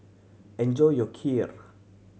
enjoy your Kheer